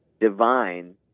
divine